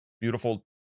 beautiful